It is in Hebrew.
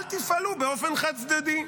אל תפעלו באופן חד-צדדי.